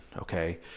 okay